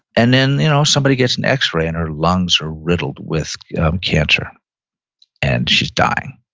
and then you know somebody gets an x-ray and her lungs are riddled with cancer and she's dying,